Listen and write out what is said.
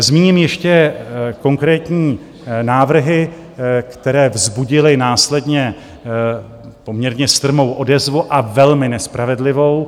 Zmíním ještě konkrétní návrhy, které vzbudily následně poměrně strmou odezvu, a velmi nespravedlivou.